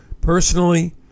Personally